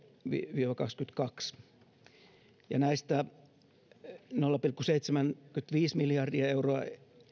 viiva kaksikymmentäkaksi näistä nolla pilkku seitsemänkymmentäviisi miljardia euroa